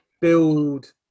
build